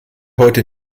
heute